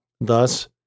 Thus